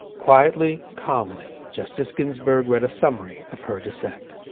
quietly, calmly, justice ginsburg read a summary of her dissent,